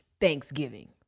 Thanksgiving